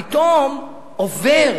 פתאום עובר